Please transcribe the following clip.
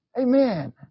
Amen